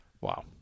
Wow